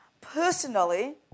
Personally